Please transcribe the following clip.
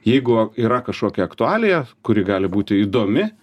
jeigu yra kažkokia aktualija kuri gali būti įdomi